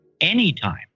anytime